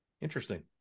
interesting